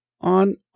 on